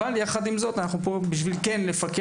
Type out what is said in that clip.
אבל יחד עם זאת אנחנו פה בשביל כן לפקח